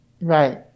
Right